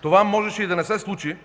Това можеше и да не се случи,